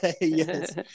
Yes